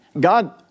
God